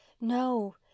No